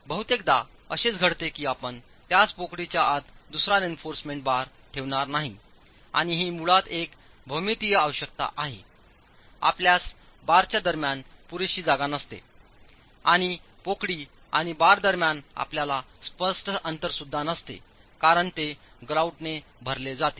बहुतेकदा असेच घडते की आपण त्याच पोकळीच्या आत दुसरा रेइन्फॉर्समेंट बार ठेवणार नाही आणि ही मुळात एक भौमितीय आवश्यकता आहे आपल्यास बारच्या दरम्यान पुरेशी जागा नसते आणि पोकळी आणि बार दरम्यान आपल्याला स्पष्ट अंतर सुद्धा नसते कारण ते ग्रउटने भरले जाते